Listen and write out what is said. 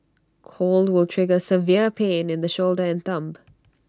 cold will trigger severe pain in the shoulder and thumb